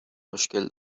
مشکل